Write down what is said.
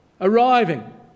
arriving